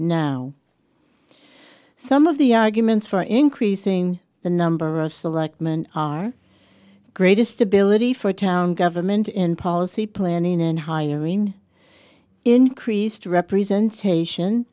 now some of the arguments for increasing the number of selectmen our greatest ability for town government in policy planning in hiring increased representation